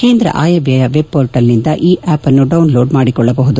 ಕೇಂದ್ರ ಆಯವ್ಯಯ ವೆಬ್ ಕೋರ್ಟಲ್ನಿಂದ ಈ ಆಪ್ ಅನ್ನು ಡೌನ್ ಲೋಡ್ ಮಾಡಿಕೊಳ್ಳಬಹುದು